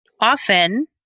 often